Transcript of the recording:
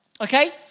Okay